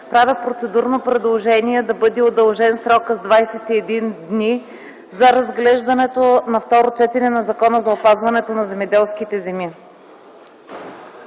правя процедурно предложение – да бъде удължен срокът за разглеждането на второ четене на Закона за опазването на земеделските земи